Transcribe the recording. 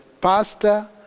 pastor